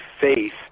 faith